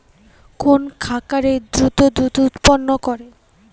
কোন খাকারে দ্রুত দুধ উৎপন্ন করে?